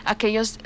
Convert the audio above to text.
Aquellos